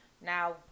now